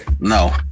No